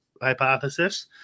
hypothesis